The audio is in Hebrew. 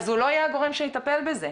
אז הוא לא יהיה הגורם שיטפל בזה.